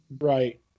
Right